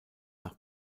nach